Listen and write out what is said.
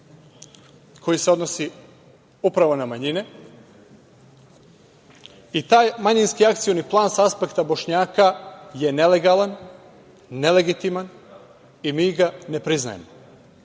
koji se odnosi upravo na manjine i taj manjinski akcioni plan sa aspekta Bošnjaka je nelegalan, nelegitiman i mi ga ne priznajemo. Ne